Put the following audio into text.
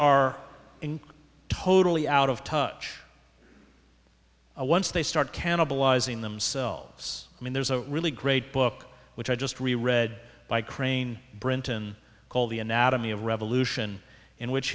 are totally out of touch once they start cannibalizing themselves i mean there's a really great book which i just read read by crane brinton called the anatomy of revolution in which